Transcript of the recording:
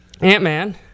Ant-Man